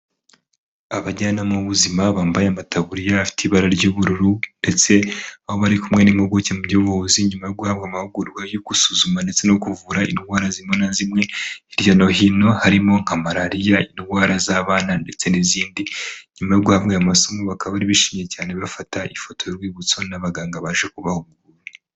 Abajyanama b'ubuzima bambaye amataburiya afite ibara ry'ubururu ndetse baba bari kumwe n'impuguke mu by'ubuvuzi nyuma yo guhabwa amahugurwa yo gusuzuma ndetse no kuvura indwara zimwe na zimwe hirya no hino harimo nka malariya, indwara z'abana ndetse n'izindi. Nyuma yo guhabwa aya masomo bakaba bari bishimye cyane bafata ifoto y'urwibutso n'abaganga baje kubahugura.